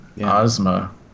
Ozma